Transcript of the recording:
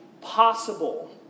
possible